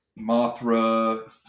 Mothra